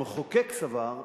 המחוקק סבר,